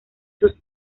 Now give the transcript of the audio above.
sus